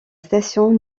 station